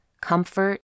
comfort